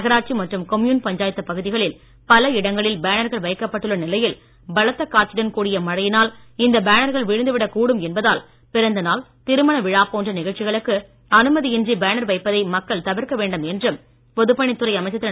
நகராட்சி மற்றும் கொம்யூன் பஞ்சாயத்து பகுதிகளில் பல இடங்களில் பேனர்கள் வைக்கப்பட்டுள்ள நிலையில் பலத்த காற்றுடன் கூடிய மழையினால் இந்த பேனர்கள் விழுந்துவிடக் கூடும் என்பதால் பிறந்தநாள் திருமண விழா போன்ற நிகழ்ச்சிகளுக்கு அனுமதியின்றி பேனர் வைப்பதை மக்கள் தவிர்க்க வேண்டும் என்றும் பொதுப்பணித் துறை அமைச்சர் திரு